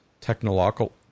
technological